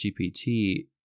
gpt